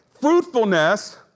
Fruitfulness